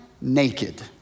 naked